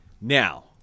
Now